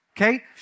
Okay